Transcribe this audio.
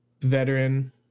veteran